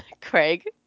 Craig